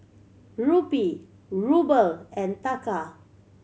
Rupee Ruble and Taka